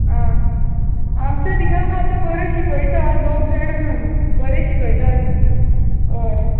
हां आमच्या थिंगा हां ते बोरे शिकयता दोग जाण हां बोरे शिकयतात होय